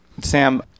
sam